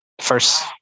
First